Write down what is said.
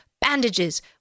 bandages